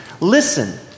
listen